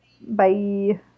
Bye